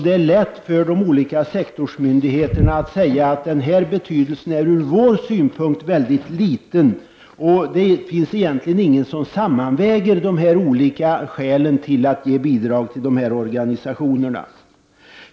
Det är lätt för de olika sektorsmyndigheterna att säga att betydelsen ur deras synpunkt är ytterst liten. Det finns egentligen ingen som sammanväger de olika skälen till att ge bidrag till dessa organisationer.